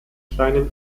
kleinen